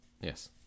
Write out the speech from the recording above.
yes